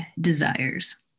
desires